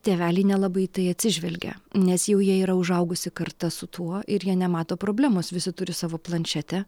tėveliai nelabai į tai atsižvelgia nes jau jie yra užaugusi karta su tuo ir jie nemato problemos visi turi savo planšetę